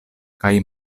kaj